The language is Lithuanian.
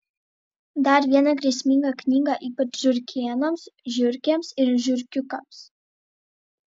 dar viena grėsminga knyga ypač žiurkėnams žiurkėms ir žiurkiukams